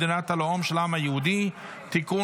מדינת הלאום של העם היהודי (תיקון,